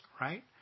right